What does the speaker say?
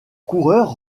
coureurs